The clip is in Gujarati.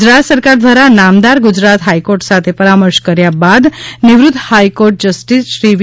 ગુજરાત સરકાર દ્વારા નામદાર ગુજરાત હાઇકોર્ટ સાથે પરામર્શ કર્યા બાદ નિવૃત્ત હાઇકોર્ટ જસ્ટીસ શ્રી વી